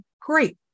Great